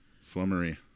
flummery